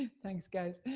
ah thanks, guys.